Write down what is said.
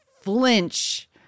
flinch